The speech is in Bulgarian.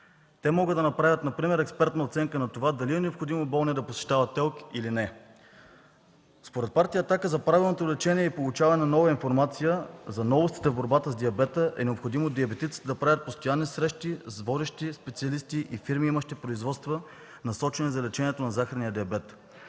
Те могат да направят например експертна оценка дали е необходимо болният да посещава ТЕЛК, или не. Според Партия „Атака” за правилното лечение и получаване на нова информация за новостите в борбата с диабета е необходимо диабетиците да правят постоянни срещи с водещи специалисти и фирми, имащи производства, насочени за лечение на захарния диабет.